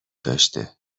داشته